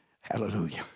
Hallelujah